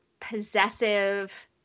Possessive